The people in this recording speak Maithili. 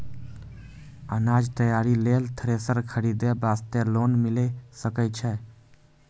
अनाज तैयारी लेल थ्रेसर खरीदे वास्ते लोन मिले सकय छै?